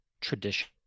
tradition